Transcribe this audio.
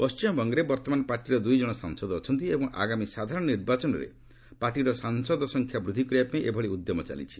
ପଶ୍ଚିମବଙ୍ଗରେ ବର୍ତ୍ତମାନ ପାର୍ଟିର ଦୁଇ ଜଣ ସାଂସଦ ଅଛନ୍ତି ଏବଂ ଆଗାମୀ ସାଧାରଣ ନିର୍ବାଚନରେ ପାର୍ଟିର ସାଂସଦ ସଂଖ୍ୟା ବୃଦ୍ଧି କରିବା ପାଇଁ ଏଭଳି ଉଦ୍ୟମ ଚାଲିଛି